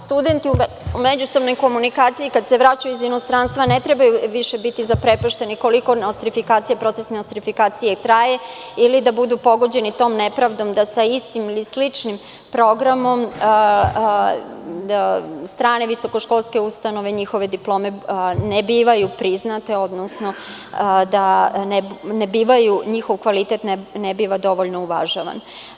Studenti u međusobnoj komunikaciji, kada se vraćaju iz inostranstva, ne trebaju više biti zaprepašćeni koliko proces nostrifikacije traje ili da budu pogođeni tom nepravdom da sa istim ili sličnim programom strane visokoškolske ustanove njihove diplome ne bivaju priznate, odnosno njihov kvalitet ne biva dovoljno uvažavan.